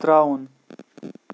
ترٛاوُن